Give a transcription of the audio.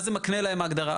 מה זה מקנה להם ההגדרה.